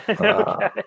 Okay